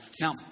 Now